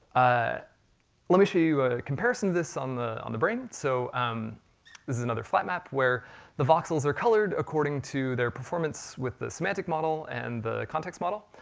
ah let me show you comparison to this on the on the brain. so um this is another flat map, where the voxels are colored according to their performance with the semantic model and the context model.